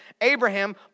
Abraham